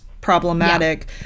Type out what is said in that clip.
problematic